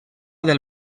del